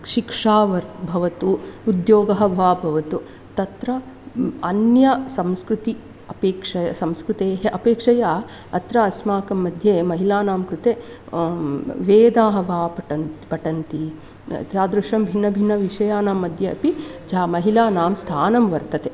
शिक्षा वा भवतु उद्योगः वा भवतु तत्र म् अन्यसंस्कृति अपेक्षय् संस्कृतेः अपेक्षया अत्र अस्माकम्मध्ये महिलानां कृते वेदाः वा पटन् पठन्ति तादृशं भिन्नभिन्नविषयाणाम्मध्ये अपि झा महिलानां स्थानं वर्तते